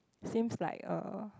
seems like a